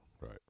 Right